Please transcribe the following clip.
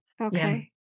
okay